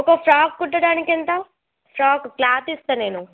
ఒక ఫ్రాక్ కుట్టడానికి ఎంతా ఫ్రాక్కు క్లాత్ ఇస్తాను నేను